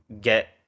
get